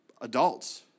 Adults